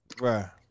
right